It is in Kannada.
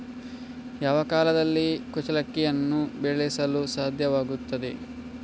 ಯಾವ ಕಾಲದಲ್ಲಿ ಕುಚ್ಚಲಕ್ಕಿಯನ್ನು ಬೆಳೆಸಲು ಸಾಧ್ಯವಾಗ್ತದೆ?